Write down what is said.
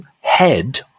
head